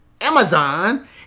Amazon